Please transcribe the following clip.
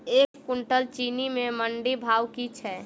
एक कुनटल चीनी केँ मंडी भाउ की छै?